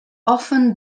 often